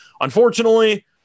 unfortunately